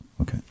Okay